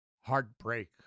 Heartbreak